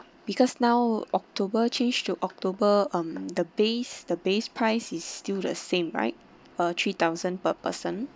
because now october change to october on the base the base price is still the same right uh three thousand per person